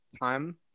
time